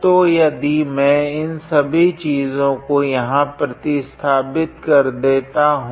तो यदि मैं इन सभी चीजों को यहाँ प्रतिस्थापित कर देता हूँ